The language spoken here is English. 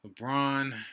LeBron